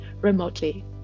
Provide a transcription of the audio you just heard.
remotely